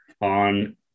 on